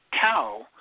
cow